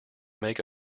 make